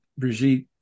Brigitte